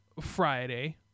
Friday